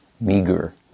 meager